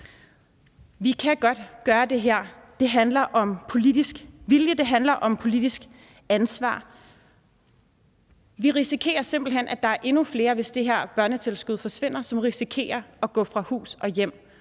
om politisk vilje, det handler om politisk ansvar. Vi risikerer simpelt hen, at der er endnu flere – hvis det her børnetilskud forsvinder – som risikerer at gå fra hus og hjem.